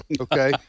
Okay